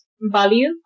value